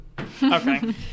okay